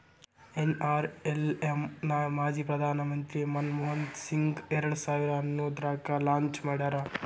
NRLM ನ ಮಾಜಿ ಪ್ರಧಾನ್ ಮಂತ್ರಿ ಮನಮೋಹನ್ ಸಿಂಗ್ ಎರಡ್ ಸಾವಿರ ಹನ್ನೊಂದ್ರಾಗ ಲಾಂಚ್ ಮಾಡ್ಯಾರ